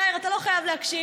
יאיר, אתה לא חייב להקשיב,